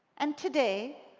and today,